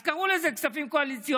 אז קראו לזה "כספים קואליציוניים".